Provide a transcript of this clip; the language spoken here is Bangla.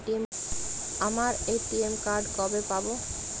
আমার এ.টি.এম কার্ড কবে পাব?